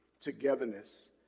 togetherness